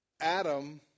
Adam